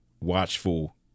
watchful